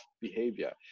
behavior